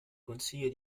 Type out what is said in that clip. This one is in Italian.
consiglio